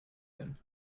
then